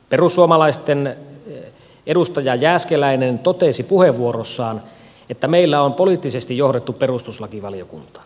perussuomalaisten edustaja jääskeläinen totesi puheenvuorossaan että meillä on poliittisesti johdettu perustuslakivaliokunta